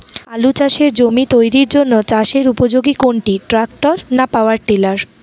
আলু চাষের জমি তৈরির জন্য চাষের উপযোগী কোনটি ট্রাক্টর না পাওয়ার টিলার?